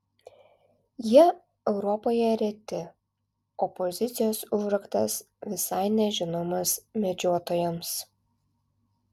jie europoje reti o pozicijos užraktas visai nežinomas medžiotojams